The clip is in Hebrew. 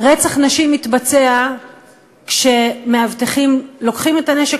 רצח נשים מתבצע כשמאבטחים לוקחים את הנשק